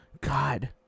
God